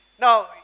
Now